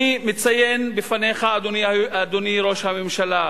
אני מציין בפניך, אדוני ראש הממשלה,